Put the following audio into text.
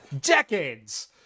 decades